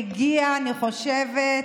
והגיע, אני חושבת,